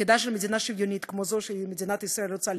תפקידה של מדינה שוויונית כמו זו שמדינת ישראל רוצה